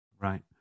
Right